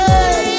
Hey